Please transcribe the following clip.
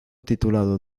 titulado